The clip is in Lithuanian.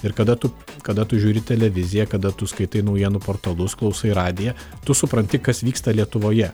ir kada tu kada tu žiūri televiziją kada tu skaitai naujienų portalus klausai radiją tu supranti kas vyksta lietuvoje